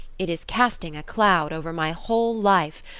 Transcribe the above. it is casting a cloud over my whole life.